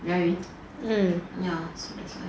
you know what I mean